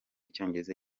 icyongereza